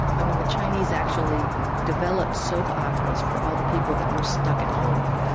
i mean, the chinese actually developed soap operas for all the people that were stuck at home.